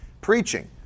preaching